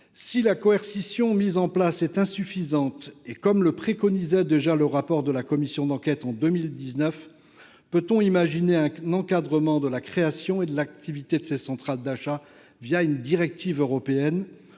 Si la coercition mise en place est insuffisante, peut on imaginer, comme le préconisait déjà le rapport de la commission d’enquête de 2019, un encadrement de la création et de l’activité de ces centrales d’achat une directive européenne ?